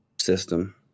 system